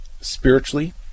spiritually